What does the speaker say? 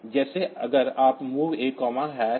जैसे अगर आप MOV A72 हhex